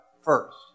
first